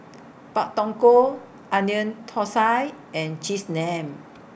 Pak Thong Ko Onion Thosai and Cheese Naan